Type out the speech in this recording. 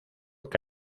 que